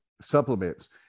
supplements